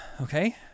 okay